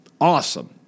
awesome